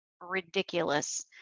ridiculous